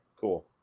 cool